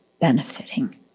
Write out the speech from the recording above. benefiting